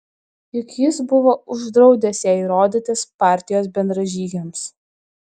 juk jis buvo uždraudęs jai rodytis partijos bendražygiams